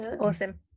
awesome